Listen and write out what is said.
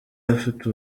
afite